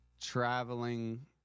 traveling